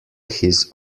his